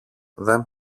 δεν